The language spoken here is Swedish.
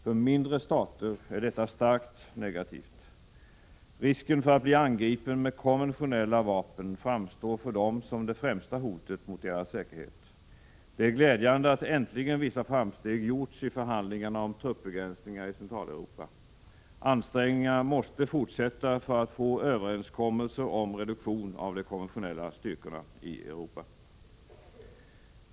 För mindre stater är detta starkt negativt. Risken för att bli angripen med konventionella vapen framstår för dem som det främsta hotet mot deras säkerhet. Det är glädjande att äntligen vissa framsteg har gjorts i förhandlingarna om truppbegränsningar i Centraleuropa. Ansträngningarna måste fortsätta för att få överenskommelser om reduktion av de konventionella styrkorna i Europa.